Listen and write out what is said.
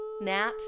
Nat